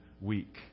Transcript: week